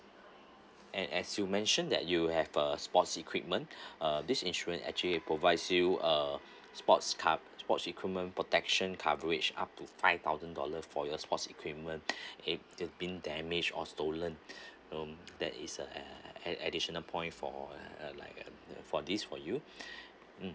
and as you mentioned that you have a sports equipment uh these insurance actually provides you uh sports cove~ sports equipment protection coverage up to five thousand dollar for your sports equipment if that's been damaged or stolen um that is uh ad~ additional points for uh like uh for this for you mm